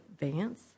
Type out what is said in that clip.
advance